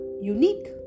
unique